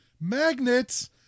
magnets